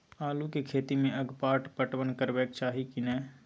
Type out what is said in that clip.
आलू के खेती में अगपाट पटवन करबैक चाही की नय?